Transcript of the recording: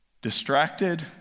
distracted